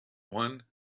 one